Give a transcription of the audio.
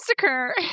massacre